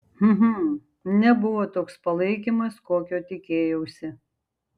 hm nebuvo toks palaikymas kokio tikėjausi